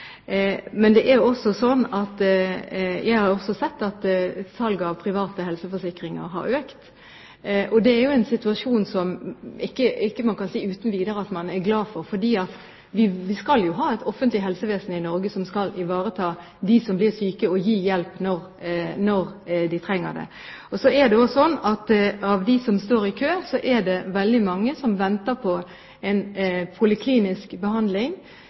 situasjon som man ikke uten videre kan si at man er glad for, for vi skal jo ha et offentlig helsevesen i Norge som skal ivareta dem som blir syke, og gi hjelp når de trenger det. Så er det også slik at av dem som står i kø, er det veldig mange som venter på en poliklinisk behandling.